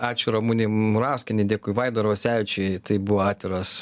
ačiū ramunei murauskienei dėkui vaidui arvasevičiui tai buvo atviras